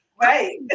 Right